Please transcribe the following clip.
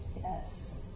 yes